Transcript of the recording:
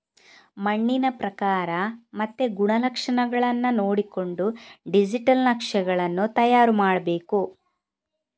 ಮಣ್ಣಿನ ಪ್ರಕಾರ ಮತ್ತೆ ಗುಣಲಕ್ಷಣಗಳನ್ನ ನೋಡಿಕೊಂಡು ಡಿಜಿಟಲ್ ನಕ್ಷೆಗಳನ್ನು ತಯಾರು ಮಾಡ್ಬೇಕು